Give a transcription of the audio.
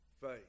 faith